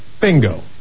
Bingo